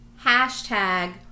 hashtag